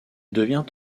devient